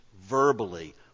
verbally